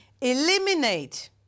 eliminate